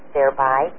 Thereby